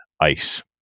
ice